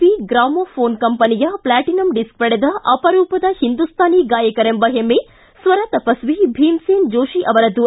V gramophone ಕಂಪನಿಯ platinum disc ಪಡೆದ ಅಪರೂಪದ ಹಿಂದುಸ್ತಾನಿ ಗಾಯಕರೆಂಬ ಹೆಮ್ಮೆ ಸ್ವರ ತಪಸ್ವಿ ಭೀಮ್ಸೇನ್ ಜೋತಿ ಅವರದ್ದು